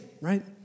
right